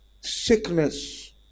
Sickness